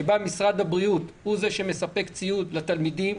שבו משרד הבריאות הוא זה שמספק ציוד לתלמידים,